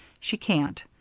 she can't.